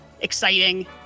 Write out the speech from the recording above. exciting